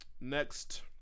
Next